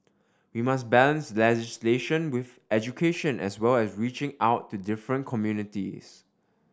we must balance legislation with education as well as reaching out to different communities